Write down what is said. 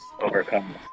overcome